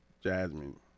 Jasmine